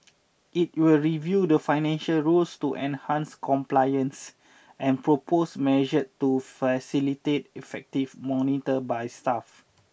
it will review the financial rules to enhance compliance and propose measure to facilitate effective monitor by staff